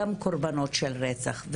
גם קורבנות של רצח.